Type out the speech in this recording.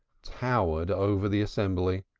towered over the assembly.